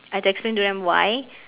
I had to explain to them why